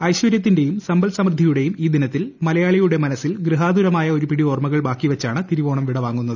ഐശ്വരൃത്തിന്റെയും സമ്പൽ സമൃദ്ധിയുടെയും ഈ ദിനത്തിൽ മലയാളിയുടെ മനസിൽ ഗൃഹാതുരമായ ഒരു പിടി ഓർമ്മകൾ ബാക്കി വച്ചാണ് തിരുവോണം വിട വാങ്ങുന്നത്